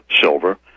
silver